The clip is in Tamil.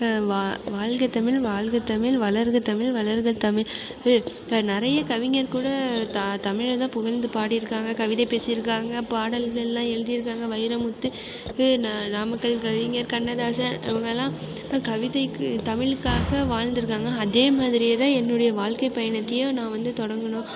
வா வாழ்க தமிழ் வாழ்க தமிழ் வளர்க தமிழ் வளர்க தமிழ் இப்போ நிறைய கவிஞர் கூட த தமிழைதான் புகழ்ந்து பாடியிருக்காங்க கவிதை பேசியிருக்காங்க பாடல்கள்லாம் எழுதியிருக்காங்க வைரமுத்துக்கு நாமக்கல் கவிஞர் கண்ணதாசன் இவங்களாம் கவிதைக்கு தமிழுக்காக வாழ்ந்துயிருக்காங்க அதே மாதிரியேதான் என்னுடைய வாழ்க்கை பயணத்தையும் நான் வந்து தொடங்கணும்